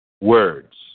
words